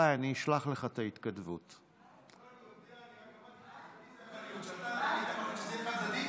דב חנין אמר לאחרונה בריאיון בעניין הטלת המס על הכלים החד-פעמיים,